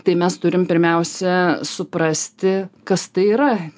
tai mes turim pirmiausia suprasti kas tai yra